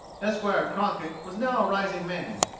esquire crockett was now a rising man.